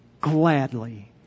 gladly